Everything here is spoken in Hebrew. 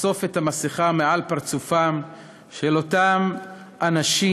לחשוף את המסכה שעל פרצופם של אותם אנשים